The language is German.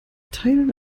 teilen